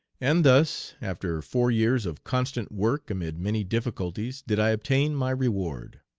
and thus after four years of constant work amid many difficulties did i obtain my reward.